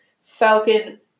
Falcon